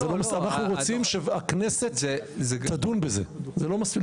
אנחנו רוצים שהכנסת תדון בזה; זה לא מספיק.